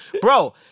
Bro